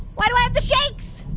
why do i have to shakes?